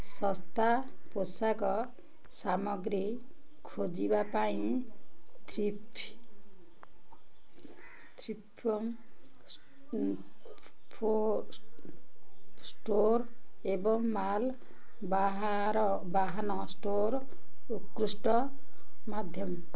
ଶସ୍ତା ପୋଷାକ ସାମଗ୍ରୀ ଖୋଜିବା ପାଇଁ ଷ୍ଟୋର୍ ଏବଂ ମାଲ୍ ବାହର ବାହନ ଷ୍ଟୋର୍ ଉତ୍କୃଷ୍ଟ ମାଧ୍ୟମ